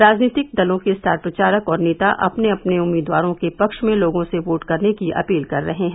राजनीतिक दलों के स्टार प्रचारक और नेता अपने अपने उम्मीदवारों के पक्ष में लोगों से वोट करने की अपील कर रहे हैं